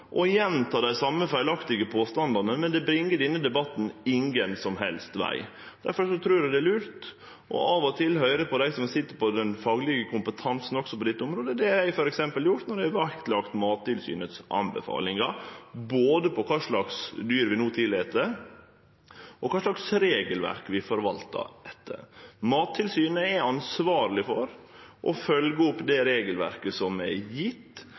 dei same feilaktige påstandane, men det bringar denne debatten ingen som helst veg. Difor trur eg det er lurt å av og til høyre på dei som sit med den faglege kompetansen på dette området. Det har eg gjort ved f.eks. å leggje vekt på anbefalingane frå Mattilsynet, både om kva slags dyr vi no tillèt, og kva slags regelverk vi forvaltar etter. Mattilsynet er ansvarleg for å følgje opp det regelverket som er